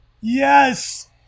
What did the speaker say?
yes